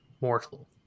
mortal